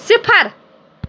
صِفر